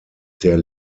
der